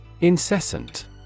Incessant